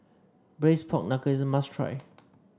Braised Pork Knuckle is a must try